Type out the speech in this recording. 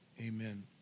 amen